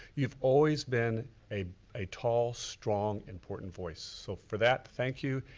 you've always been a a tall, strong important voice. so for that thank you,